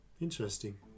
Interesting